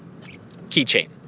keychain